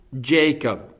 Jacob